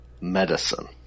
Medicine